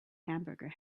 hamburger